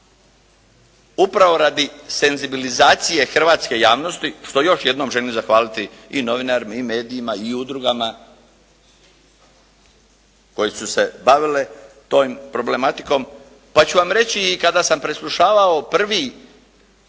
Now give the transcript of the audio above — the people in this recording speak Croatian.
upravo radi senzibilizacije hrvatske javnosti, što još jednom želim zahvaliti i novinarima i medijima i udrugama koje su se bavile tom problematikom, pa ću vam reći i kada sam preslušavao prvi